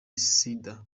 sida